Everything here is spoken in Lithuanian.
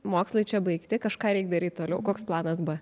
mokslai čia baigti kažką reik daryt toliau koks planas b